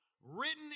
Written